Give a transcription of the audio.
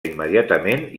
immediatament